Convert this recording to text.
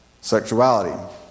sexuality